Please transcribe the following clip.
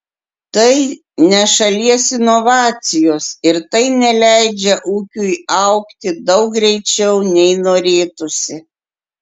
tai ne šalies inovacijos ir tai neleidžia ūkiui augti daug greičiau nei norėtųsi